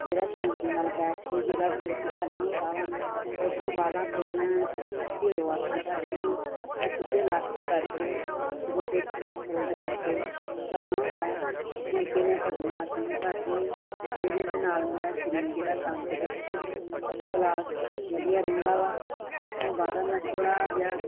ਜਿਹੜਾ ਸ਼ਾਂਤੀ ਨਾਲ ਬੈਠ ਕੇ ਜਿਹੜਾ ਮਤਲਬ ਕੀ ਕਰਨਾ ਹੁੰਦਾ ਵਾ ਉਹਤੋਂ ਬਾਦਾਂ ਫਿਰ ਮੈਂ ਹੀਰੋ ਆਸਣ ਕਰਦੀ ਆਂ ਇਹ ਸਿੱਧੇ ਲੱਕ ਕਰਕੇ ਗੋਡੇ ਪਿੱਛੇ ਫੋਲਡ ਕਰਕੇ ਕਰਨਾ ਹੁੰਦਾ ਹੈ ਮੁੜ ਕੇ ਮੈਂ ਪਦਮ ਆਸਣ ਕਰਦੀ ਆਂ ਜਿਹਦੇ ਦੇ ਨਾਲ ਮੇਰਾ ਸ਼ਰੀਰ ਜਿਹੜਾ ਤੰਦਰੁਸਤ ਫਸਕਲਾਸ ਵਧੀਆ ਰਹਿੰਦਾ ਵਾ ਉਹ ਤੋਂ ਬਾਦੋਂ ਮੈਂ ਥੋੜ੍ਹਾ ਜਿਹਾ